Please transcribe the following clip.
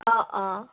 অঁ অঁ